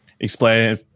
Explain